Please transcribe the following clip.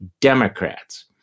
Democrats